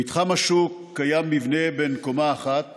במתחם השוק קיים מבנה בן קומה אחת